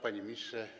Panie Ministrze!